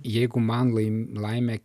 jeigu man lai laimė